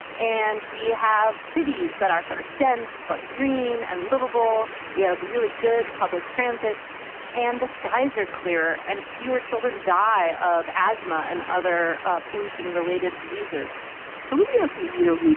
and we have cities that are sort of dense but green and livable. we have really good public transit and the skies are clearer and fewer children die of asthma and other ah pollution related diseases so let me ask, you you know,